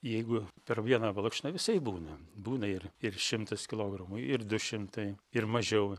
jeigu per vieną valkšną visaip būna būna ir ir šimtas kilogramų ir du šimtai ir mažiau